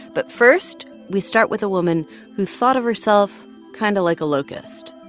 but first, we start with a woman who thought of herself kind of like a locust.